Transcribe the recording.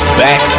back